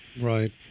Right